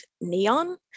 Neon